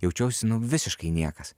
jaučiausi nu visiškai niekas